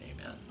Amen